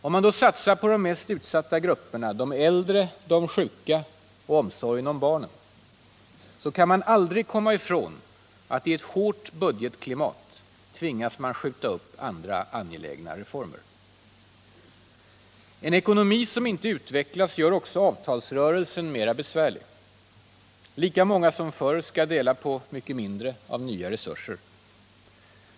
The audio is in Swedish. Om man satsar på de mest utsatta grupperna — de äldre, de sjuka och omsorgen om barnen — så kan man aldrig komma ifrån att i ett hårt budgetklimat tvingas man skjuta upp andra angelägna reformer. En ekonomi som inte utvecklas gör också avtalsrörelsen mera besvärlig. Lika många som förr skall dela på mycket mindre av nya resurser.